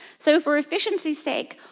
so for efficiency's sake,